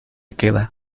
queda